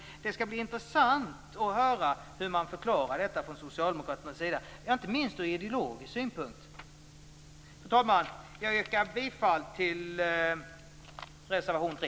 Det skall bli intressant att höra hur Socialdemokraterna förklarar detta, inte minst ur ideologisk synpunkt. Fru talman! Jag yrkar bifall till reservation 3.